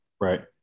right